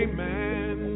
Amen